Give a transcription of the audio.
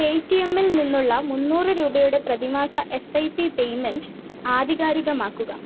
പേ ടി എംൽ നിന്നുള്ള മുന്നൂറ് രൂപയുടെ പ്രതിമാസ എസ് ഐ പി പേയ്മെൻ്റ് ആധികാരികമാക്കുക